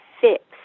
fixed